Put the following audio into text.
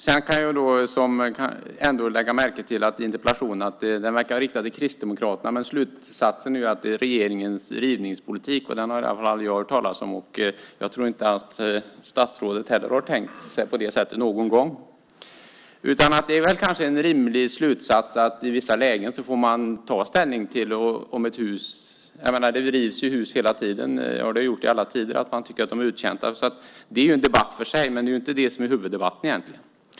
Sedan lägger jag märke till att interpellationen verkar vara riktad till Kristdemokraterna, men slutsatsen är att det är regeringens rivningspolitik. Den har i alla fall jag aldrig hört talas om. Jag tror inte heller att statsrådet någon gång har tänkt sig att det ska vara på det sättet. Det är väl kanske en rimlig slutsats att man i vissa lägen får ta ställning till om ett hus ska rivas. Det rivs ju hus hela tiden. Så har det varit i alla tider - man tycker att de är uttjänta. Det är en debatt för sig, men det är inte det som egentligen är huvuddebatten.